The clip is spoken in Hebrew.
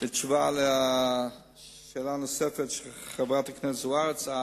בתשובה על השאלה הנוספת של חברת הכנסת זוארץ,